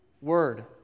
word